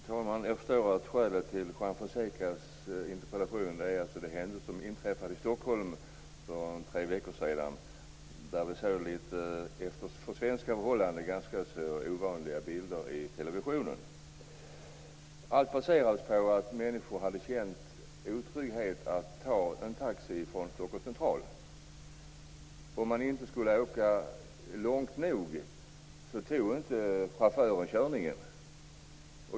Fru talman! Jag förstår att skälet till Juan Fonsecas interpellation är de händelser som inträffade i Stockholm för tre veckor sedan. Vi såg för svenska förhållanden ganska ovanliga bilder i televisionen. Allt baserades på att människor hade känt otrygghet när det gällde att ta en taxi från Stockholms central. Om man inte skulle åka tillräckligt långt tog chauffören inte körningen.